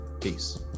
Peace